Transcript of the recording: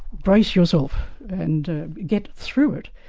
brace yourself and get through it,